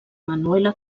manuela